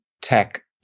tech